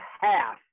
half